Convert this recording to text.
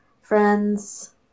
friends